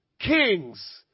kings